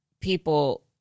people